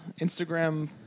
Instagram